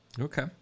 Okay